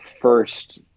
first